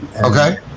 okay